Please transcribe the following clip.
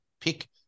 pick